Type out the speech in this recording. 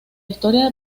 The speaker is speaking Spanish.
historia